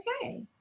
okay